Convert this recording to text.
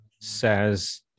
says